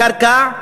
הקרקע,